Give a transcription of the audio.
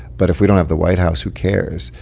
but if we don't have the white house, who cares?